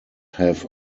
have